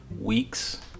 weeks